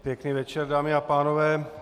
Pěkný večer, dámy a pánové.